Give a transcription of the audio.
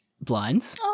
blinds